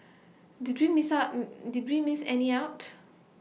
did you miss up did we miss any out